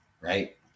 right